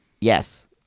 Yes